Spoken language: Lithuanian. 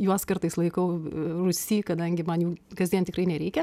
juos kartais laikau rūsy kadangi man jų kasdien tikrai nereikia